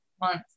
Months